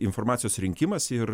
informacijos rinkimas ir